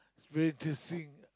very interesting